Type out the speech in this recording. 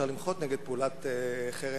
אפשר למחות נגד פעולת חרם,